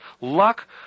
luck